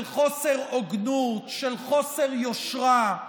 של חוסר הוגנות, של חוסר יושרה,